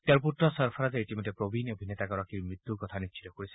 তেওঁৰ পুত্ৰ সৰফৰাজে ইতিমধ্যে প্ৰবীণ অভিনেতাগৰাকীৰ মৃত্যূৰ কথা নিশ্চিত কৰিছে